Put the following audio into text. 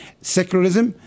secularism